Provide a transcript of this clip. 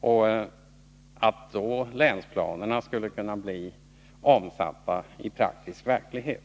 Då skulle länsplanerna vara möjliga att omsätta i praktisk verklighet.